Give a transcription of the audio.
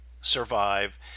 survive